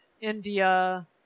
India